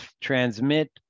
transmit